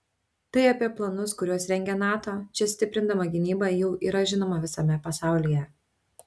tai apie planus kuriuos rengia nato čia stiprindama gynybą jau yra žinoma visame pasaulyje